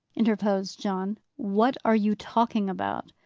interposed john. what are you talking about?